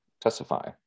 testify